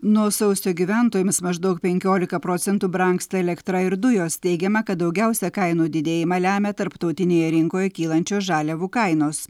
nuo sausio gyventojams maždaug penkiolika procentų brangsta elektra ir dujos teigiama kad daugiausia kainų didėjimą lemia tarptautinėje rinkoje kylančios žaliavų kainos